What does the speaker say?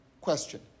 question